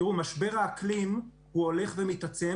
תראו, משבר האקלים הולך ומתעצם